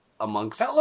amongst